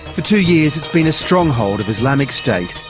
for two years it's been a stronghold of islamic state.